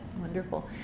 Wonderful